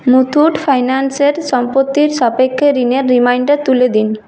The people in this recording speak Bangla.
মুথুট ফাইন্যান্সের সম্পত্তির সাপেক্ষে ঋণের রিমাইন্ডার তুলে দিন